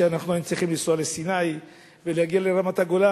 כשאנחנו היינו צריכים לנסוע לסיני ולהגיע לרמת-הגולן,